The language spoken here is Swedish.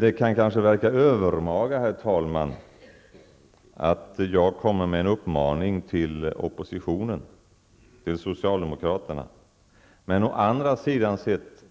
Det kanske verkar övermaga, herr talman, att jag kommer med en uppmaning till oppositionen, dvs. socialdemokraterna, men å andra sidan